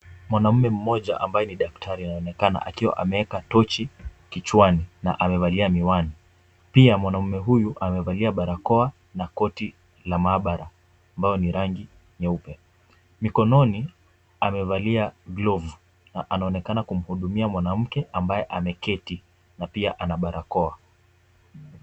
Mwanamume mmoja ambaye ni daktari anaonekana akiwa ameweka tochi kichwani na amevalia miwani, pia mwanamume huyu amevalia barakoa na koti la maabara ambalo ni rangi nyeupe, mikononi amevalia glovu na anaonekana kumhudumia mwanamke ambaye ameketi na pia ana barakoa.